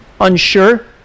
unsure